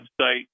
website